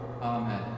Amen